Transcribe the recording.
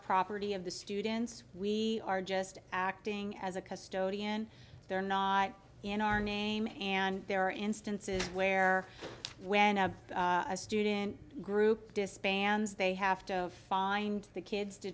property of the students we are just acting as a custody in there not in our name and there are instances where when a student group disbands they have to find the kids to